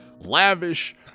lavish